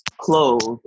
clothes